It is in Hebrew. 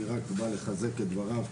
אני רק בא לחזק את דבריו,